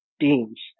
teams